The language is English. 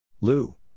Lou